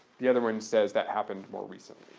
the other one says that happened more recently.